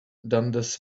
dundas